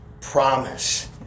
promise